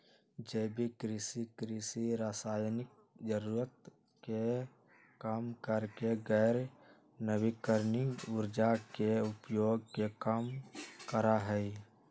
जैविक कृषि, कृषि रासायनिक जरूरत के कम करके गैर नवीकरणीय ऊर्जा के उपयोग के कम करा हई